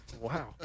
Wow